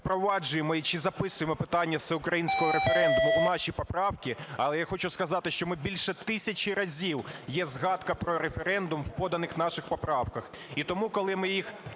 ми впроваджуємо чи записуємо питання Всеукраїнського референдуму у наші поправки, але я хочу сказати, що ми більше тисячі разів, є згадка про референдум в поданих наших поправках,